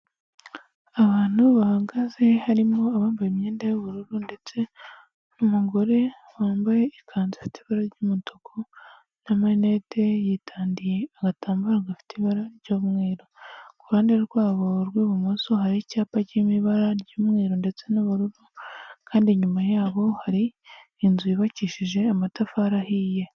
Abantu bahagaze harimo abambaye imyenda y'ubururu ndetse n'umugore wambaye ikanzu ifite ibara ry'umutuku n'amarinete, yitandiye agatambaro gafite ibara ry'umweru, ku ruhande rwabo rw'ibumoso hari icyapa cyiri mu ibara ry'umweru ndetse n'ubururu, kandi inyuma yaho hari inzu yubakishije amatafari ahiye.